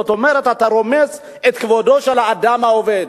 זאת אומרת אתה רומס את כבודו של האדם העובד.